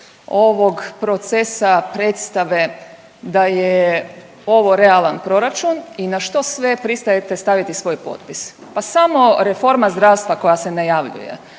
ovog procesa, predstave da je ovo realan proračun i na što sve pristajete staviti svoj potpis. Pa samo reforma zdravstva koja se najavljuje